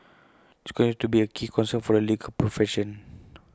continues to be A key concern for the legal profession